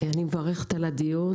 אני מברכת על הדיון,